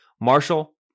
Marshall